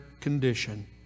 condition